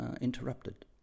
interrupted